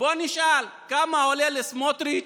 בוא נשאל כמה עולה לסמוטריץ'